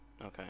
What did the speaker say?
okay